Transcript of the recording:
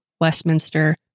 Westminster